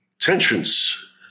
tensions